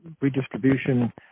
redistribution